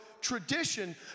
tradition